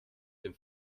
dem